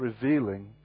revealing